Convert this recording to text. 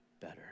better